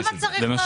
למה צריך להגיש?